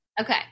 okay